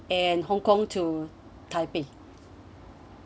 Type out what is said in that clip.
and hongkong to taipei